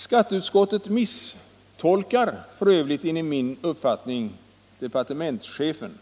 Skatteutskottet misstolkar f. ö. enligt min uppfattning departements chefen,